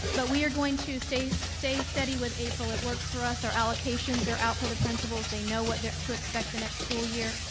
but we are going to stay stay steady with april, it works for us, our allocations are out for the principals, they know what to expect the next school year,